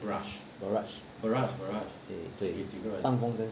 barrage 对对放风针